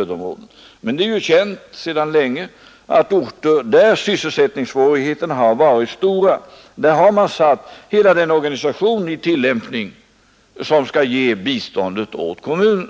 uppdrag. Det är känt sedan länge att på orter där sysselsättningssvårigheterna har varit stora har man satt hela den organisation i tillämpning som skall ge bistånd åt kommunerna.